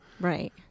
Right